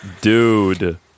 dude